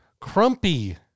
Crumpy